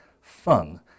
fun